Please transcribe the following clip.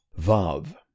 Vav